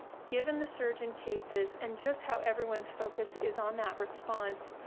given the surge in cases and just how everyone's focus is on that response,